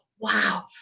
Wow